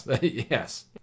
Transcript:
yes